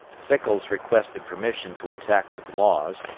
sickles requested permission to attack mclaws,